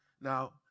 Now